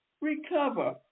recover